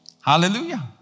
Hallelujah